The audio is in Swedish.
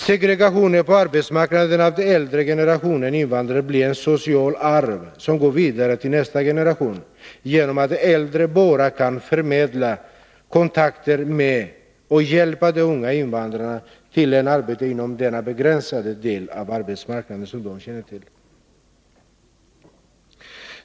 Segregationen på arbetsmarknaden av den äldre generationen invandrare blir ett social arv, som går vidare till nästa generation, genom att de äldre bara kan förmedla kontakter med och hjälpa de unga invandrarna till att få arbete inom den begränsade del av arbetsmarknaden som de känner till.